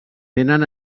tenen